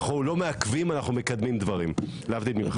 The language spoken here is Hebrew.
אנחנו לא מעכבים, אנחנו מקדמים דברים, להבדיל ממך.